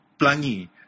Plangi